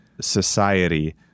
society